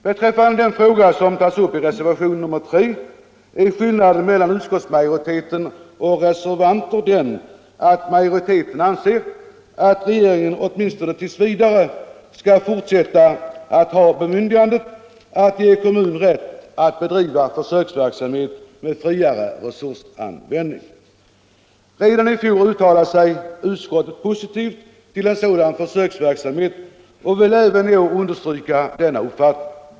Beträffande den fråga som tas upp i reservationen 3 är skillnaden mellan utskottsmajoriteten och reservanterna den att majoriteten anser att re geringen åtminstone t. v. skall fortsätta att ha bemyndigandet att ge kommun rätt att bedriva försöksverksamhet med friare resursanvändning. Redan i fjol uttalade sig utskottet positivt om en sådan försöksverksamhet och vill även i år understryka denna uppfattning.